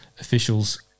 officials